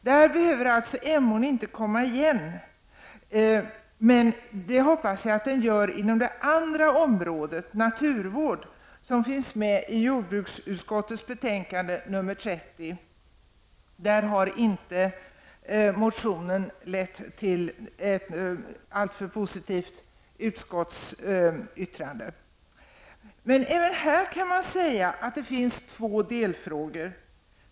Där behöver alltså inte frågan om Jag hoppas dock att frågan återkommer inom det andra området, naturvården, som finns med i jordbruksutskottets betänkande nr 30. Där har inte motionen lett till något alltför positivt yttrande från utskottet. Man kan också här säga att det finns två delfrågor.